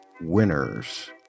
winners